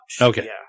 Okay